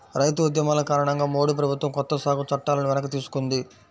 రైతు ఉద్యమాల కారణంగా మోడీ ప్రభుత్వం కొత్త సాగు చట్టాలను వెనక్కి తీసుకుంది